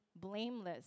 blameless